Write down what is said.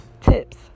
tips